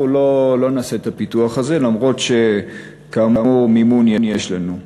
אנחנו לא נעשה את הפיתוח הזה למרות שמימון יש לנו.